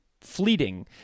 fleeting